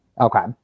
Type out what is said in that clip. okay